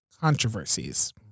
controversies